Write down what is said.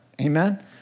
Amen